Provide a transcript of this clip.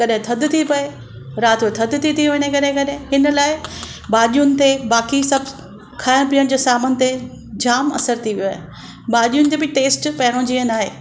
कॾहिं थधि थी पए राति जो थधि थी थी वञे कॾहिं कॾहिं हिन लाइ भाॼियुनि ते बाक़ी सभु खाइणु पीअण जे सामान ते जामु असर थी वियो आहे भाॼियुनि जो बि टेस्ट पहिरियों जीअं न आहे